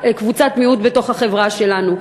לקבוצת מיעוט בתוך החברה שלנו.